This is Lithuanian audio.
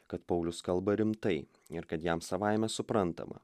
kad paulius kalba rimtai ir kad jam savaime suprantama